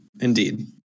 Indeed